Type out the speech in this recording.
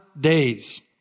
days